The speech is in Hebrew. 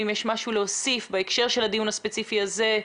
אם יש לך משהו להוסיף בהקשר של הדיון הספציפי הזה,